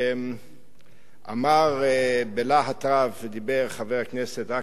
אמר בלהט רב ודיבר חבר הכנסת אכרם חסון,